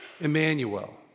Emmanuel